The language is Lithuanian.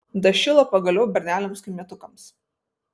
dašilo pagaliau berneliams kaimietukams